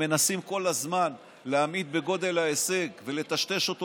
מנסים כל הזמן להמעיט בגודל ההישג ולטשטש אותו,